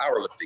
powerlifting